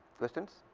questions